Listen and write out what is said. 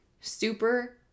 super